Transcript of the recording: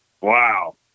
Wow